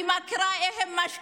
אני יודעת איך הן משקיעות.